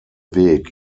weg